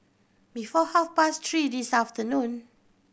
before half past three this afternoon